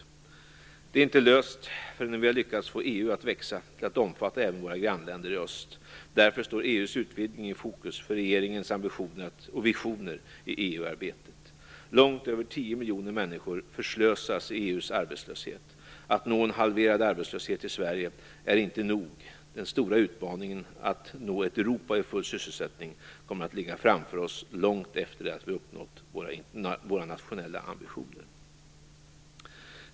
Uppgiften är inte löst förrän vi har lyckats få EU att växa till att omfatta även våra grannländer i öst. Därför står EU:s utvidgning i fokus för regeringens ambitioner och visioner i EU-arbetet. Långt över 10 miljoner människor förslösas i EU:s arbetslöshet. Att nå en halverad arbetslöshet i Sverige är inte nog. Den stora utmaningen att nå ett Europa i full sysselsättning kommer att ligga framför oss långt efter det att vi uppnått våra nationella ambitioner.